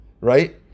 right